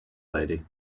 lady